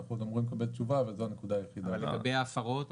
אנחנו אמורים לקבל תשובה -- ולגבי ההפרות החדשות?